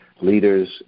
leaders